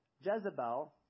Jezebel